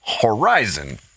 Horizon